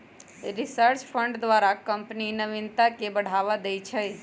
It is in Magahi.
रिसर्च फंड द्वारा कंपनी नविनता के बढ़ावा दे हइ